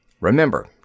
Remember